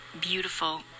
beautiful